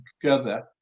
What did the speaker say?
together